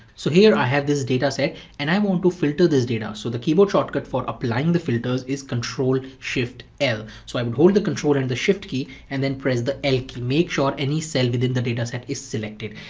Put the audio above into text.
so here i have this data set and i want to filter this data. so the keyboard shortcut for applying the filter is is control shift l. so i'm holding the control key and the shift key and then press the l key. make sure any cell within the data set is selected.